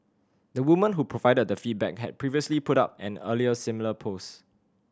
the woman who provided the feedback had previously put up an earlier similar post